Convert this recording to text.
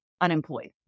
unemployed